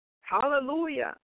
Hallelujah